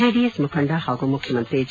JDS ಮುಖಂಡ ಹಾಗೂ ಮುಖ್ಯಮಂತ್ರಿ ಎಚ್